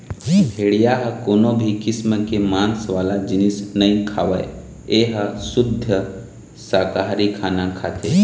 भेड़िया ह कोनो भी किसम के मांस वाला जिनिस नइ खावय ए ह सुद्ध साकाहारी खाना खाथे